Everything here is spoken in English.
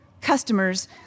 Customers